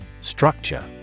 Structure